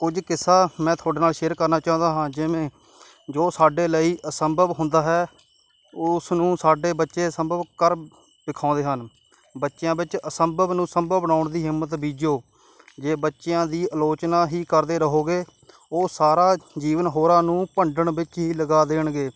ਕੁਝ ਕਿੱਸਾ ਮੈਂ ਤੁਹਾਡੇ ਨਾਲ ਸ਼ੇਅਰ ਕਰਨਾ ਚਾਹੁੰਦਾ ਹਾਂ ਜਿਵੇਂ ਜੋ ਸਾਡੇ ਲਈ ਅਸੰਭਵ ਹੁੰਦਾ ਹੈ ਉਸ ਨੂੰ ਸਾਡੇ ਬੱਚੇ ਸੰਭਵ ਕਰ ਦਿਖਾਉਂਦੇ ਹਨ ਬੱਚਿਆਂ ਵਿੱਚ ਅਸੰਭਵ ਨੂੰ ਸੰਭਵ ਬਣਾਉਣ ਦੀ ਹਿੰਮਤ ਬੀਜੋ ਜੇ ਬੱਚਿਆਂ ਦੀ ਆਲੋਚਨਾ ਹੀ ਕਰਦੇ ਰਹੋਗੇ ਉਹ ਸਾਰਾ ਜੀਵਨ ਹੋਰਾਂ ਨੂੰ ਭੰਡਣ ਵਿੱਚ ਹੀ ਲਗਾ ਦੇਣਗੇ